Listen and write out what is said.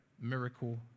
miracle